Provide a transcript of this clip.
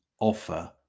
offer